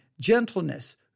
gentleness